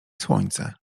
słońce